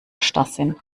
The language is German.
starrsinn